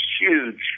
huge